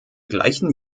gleichen